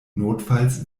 notfalls